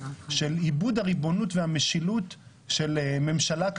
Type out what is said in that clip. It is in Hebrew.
של איבוד הריבונות והמשילות של ממשלה.